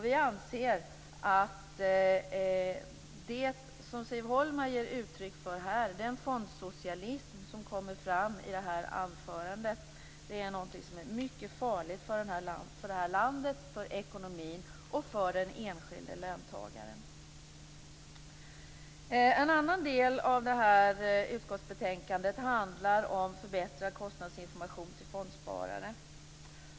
Vi anser att det som Siv Holma ger uttryck för här, den fondsocialism som kommer fram i anförandet, är mycket farligt för det här landet, för ekonomin och för den enskilde löntagaren. En annan del av betänkandet handlar om förbättrad kostnadsinformation för fondsparare.